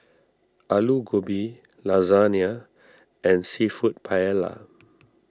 Alu Gobi Lasagna and Seafood Paella